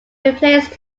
replaced